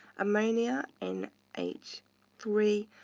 ammonia, n h three.